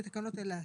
בתקנות אלה השר.